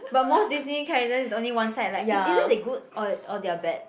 but most Disney characters is only one side like it's either they good or or they are bad